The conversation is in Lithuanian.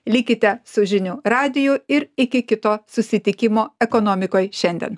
likite su žinių radiju ir iki kito susitikimo ekonomikoj šiandien